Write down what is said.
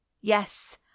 Yes